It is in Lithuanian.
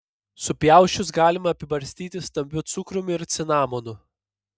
supjausčius galima apibarstyti stambiu cukrumi ir cinamonu